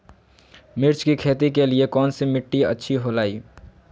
मिर्च की खेती के लिए कौन सी मिट्टी अच्छी होईला?